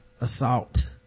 assault